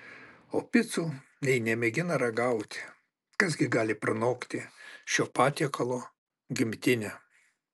o picų nė nemėgina ragauti kas gi gali pranokti šio patiekalo gimtinę